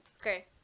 Okay